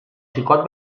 xicot